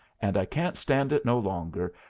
and i can't stand it no longer,